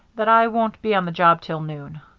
that i won't be on the job till noon.